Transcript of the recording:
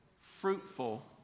fruitful